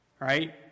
Right